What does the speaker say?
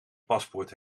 paspoort